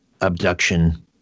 abduction